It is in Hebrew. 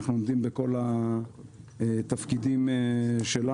אנחנו עומדים בכל התפקידים שלנו,